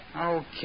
Okay